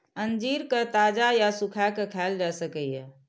अंजीर कें ताजा या सुखाय के खायल जा सकैए